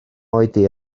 oedi